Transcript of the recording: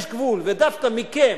דווקא מכם,